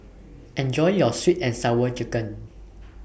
Enjoy your Sweet and Sour Chicken